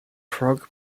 prog